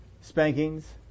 Spankings